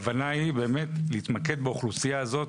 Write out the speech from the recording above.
הכוונה היא להתמקד באוכלוסייה הזאת,